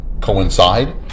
coincide